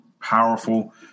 Powerful